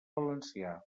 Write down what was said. valencià